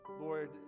Lord